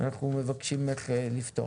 אנחנו מבקשים ממך לפתוח.